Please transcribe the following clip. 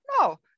No